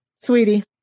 Sweetie